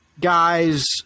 guys